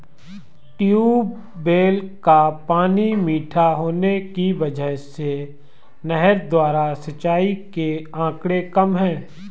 tubewell का पानी मीठा होने की वजह से नहर द्वारा सिंचाई के आंकड़े कम है